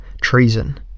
treason